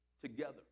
together